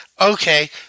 Okay